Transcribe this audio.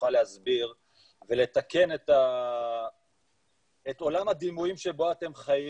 אוכל להסביר ולתקן את עולם הדימויים שבו אתם חיים.